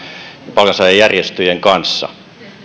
palkansaajajärjestöjen kanssa